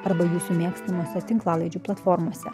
arba jūsų mėgstamose tinklalaidžių platformose